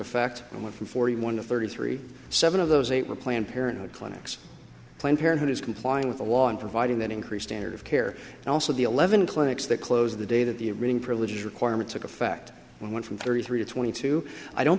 effect and went from forty one to thirty three seven of those eight were planned parenthood clinics planned parenthood is complying with the law in providing that increase standard of care and also the eleven clinics that closed the day that the reading privileges requirements of a fact went from thirty three to twenty two i don't